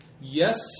Yes